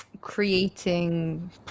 creating